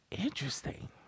Interesting